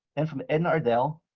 and from ed nardell,